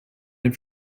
den